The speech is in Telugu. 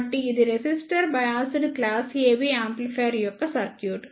కాబట్టి ఇది resistor biased class AB amplifier యొక్క సర్క్యూట్